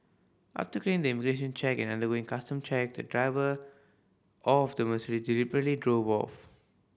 after clearing the immigration check and undergoing custom check the driver of the deliberately drove off